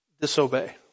disobey